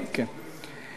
משפט אחרון.